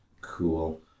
Cool